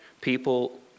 people